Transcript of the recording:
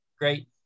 Great